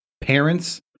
parents